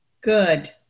Good